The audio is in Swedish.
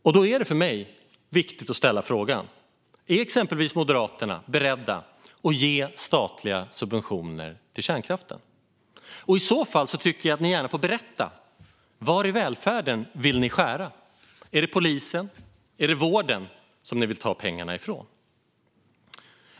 Det blir därför viktigt för mig att ställa frågan: Är exempelvis Moderaterna beredda att ge statliga subventioner till kärnkraften? I så fall får de gärna berätta på vad i välfärden de vill skära ned. Är det resurserna till polisen eller vården som de vill ta pengar ifrån?